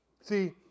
See